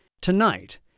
tonight